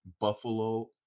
Buffalo